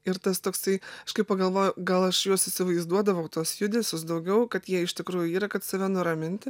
ir tas toksai aš kai pagalvoju gal aš juos įsivaizduodavau tuos judesius daugiau kad jie iš tikrųjų yra kad save nuraminti